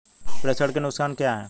प्रेषण के नुकसान क्या हैं?